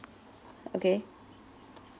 okay